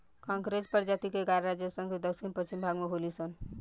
कांकरेज प्रजाति के गाय राजस्थान के दक्षिण पश्चिम भाग में होली सन